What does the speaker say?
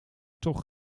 toch